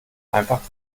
einfach